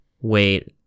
wait